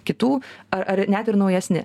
kitų ar ar net ir naujesni